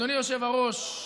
אדוני היושב-ראש,